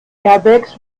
airbags